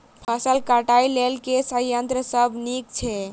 फसल कटाई लेल केँ संयंत्र सब नीक छै?